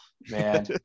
man